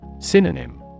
Synonym